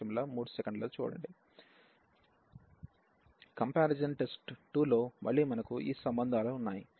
comparison test 2 లో మళ్ళీ మనకు ఈ సంబంధాలు ఉన్నాయి